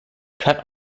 cut